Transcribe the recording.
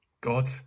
God